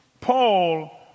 Paul